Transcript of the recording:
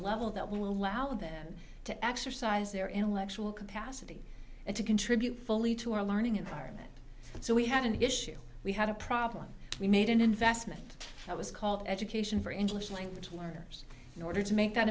level that will allow them to exercise their intellectual capacity and to contribute fully to our learning environment so we had an issue we had a problem we made an investment that was called education for english language learners in order to make that